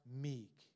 meek